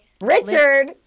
Richard